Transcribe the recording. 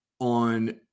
on